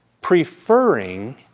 preferring